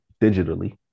digitally